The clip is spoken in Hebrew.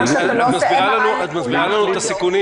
כמו שאתה לא עושה MRI לכולם -- את מסבירה לנו את הסיכונים,